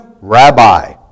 rabbi